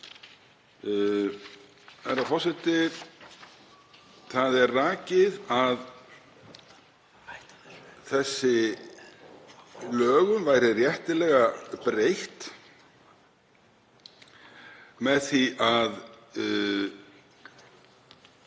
Herra forseti. Það er rakið að þessum lögum væri réttilega breytt með því að